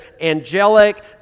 angelic